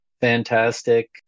fantastic